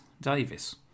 davis